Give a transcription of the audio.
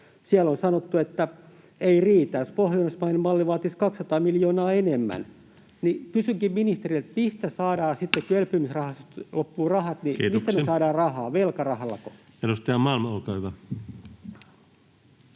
siellä on sanottu, että ei riitä. Jos pohjoismainen malli vaatisi 200 miljoonaa enemmän, niin kysynkin ministeriltä: sitten kun elpymisrahastosta loppuvat rahat, niin mistä me saadaan rahaa? Velkarahallako? Kiitoksia. — Edustaja Malm, olkaa hyvä.